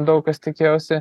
daug kas tikėjosi